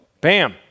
bam